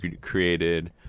created